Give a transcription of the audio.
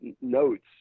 notes